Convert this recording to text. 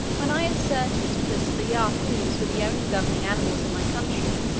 when i asserted that the yahoos were the only governing animals in my country,